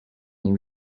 new